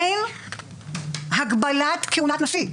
אין הגבלת כהונת נשיא.